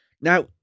Now